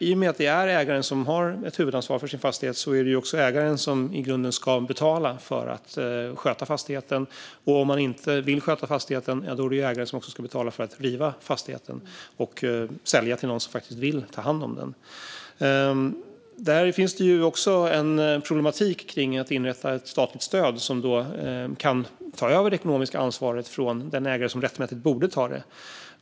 I och med att ägaren har huvudansvaret för sin fastighet är det också ägaren som ska betala fastighetens skötsel. Vill ägaren inte sköta om fastigheten ska ägaren betala för att riva fastigheten eller sälja till någon som vill ta hand om den. Det kan vara problematiskt att inrätta ett statligt stöd eftersom det skulle ta över det ekonomiska ansvaret från den ägare som rättmätigt borde ta det.